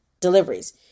deliveries